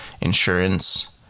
insurance